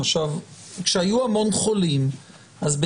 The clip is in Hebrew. כשהיו המון חולים אז,